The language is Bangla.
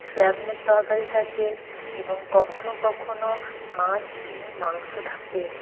সয়াবিনের তরকারি থাকে এবং কখনো কখনো মাছ ডিম মাংস থাকে